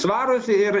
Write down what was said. svarūs ir